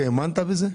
האמנת בזה?